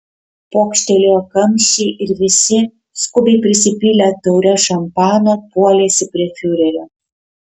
pokštelėjo kamščiai ir visi skubiai prisipylę taures šampano puolėsi prie fiurerio